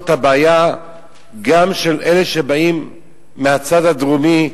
את הבעיה גם של אלה שבאים מהצד הדרומי,